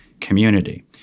community